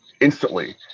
instantly